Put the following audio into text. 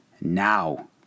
now